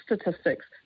statistics